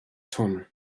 tun